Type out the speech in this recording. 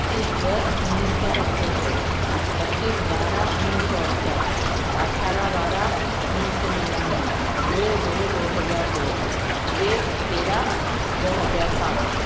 पच्चीस दस उन्नीस सौ पचानवे पच्चीस बारह उन्नीस सौ अड़सठ अट्ठारह बारह उन्नीस सौ निन्यानवे दो दो दो हज़ार दो एक तेरह दो हज़ार पाँच